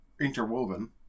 interwoven